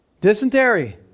dysentery